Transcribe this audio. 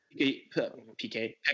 PK